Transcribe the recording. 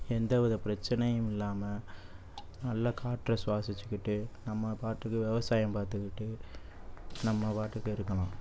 எந்தவித பிரச்சனையும் இல்லாமல் நல்ல காற்றை சுவாசித்துக்கிட்டு நம்ம பாட்டுக்கு விவசாயம் பார்த்துக்கிட்டு நம்ம பாட்டுக்கு இருக்கலாம்